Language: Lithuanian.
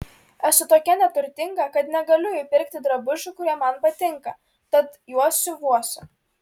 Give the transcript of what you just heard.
esu tokia neturtinga kad negaliu įpirkti drabužių kurie man patinka tad juos siuvuosi